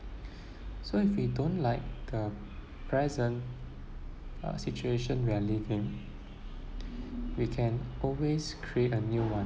so if we don't like uh present uh situation we are living we can always create a new [one]